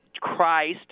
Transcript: christ